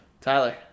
Tyler